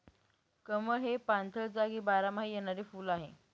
कमळ हे पाणथळ जागी बारमाही येणारे फुल आहे